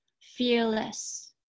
fearless